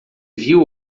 viu